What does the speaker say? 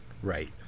Right